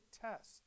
test